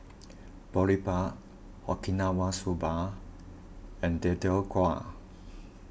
Boribap Okinawa Soba and Deodeok Gui